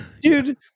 dude